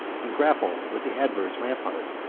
and grapple with the adverse rampart.